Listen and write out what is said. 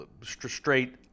straight